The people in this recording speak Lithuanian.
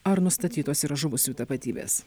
ar nustatytos yra žuvusiųjų tapatybės